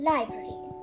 Library